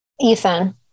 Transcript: Ethan